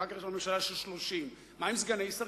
אחר כך יש לנו ממשלה של 30. מה עם סגני שרים?